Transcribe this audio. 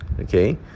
okay